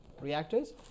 reactors